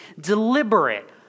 deliberate